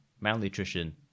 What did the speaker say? malnutrition